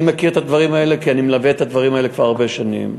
אני מכיר את הדברים האלה כי אני מלווה את הדברים האלה כבר הרבה שנים.